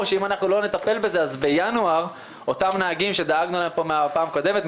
שאם אנחנו לא נטפל בזה אז בינואר אותם נהגים שדאגנו להם פה בפעם הקודמת,